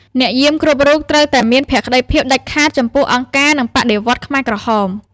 អ្នកយាមគ្រប់រូបត្រូវតែមានភក្តីភាពដាច់ខាតចំពោះអង្គការ និងបដិវត្តន៍ខ្មែរក្រហម។